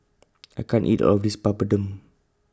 I can't eat All of This Papadum